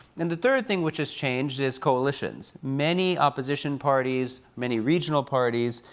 and the third thing which has changed is coalitions. many opposition parties, many regional parties,